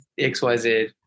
xyz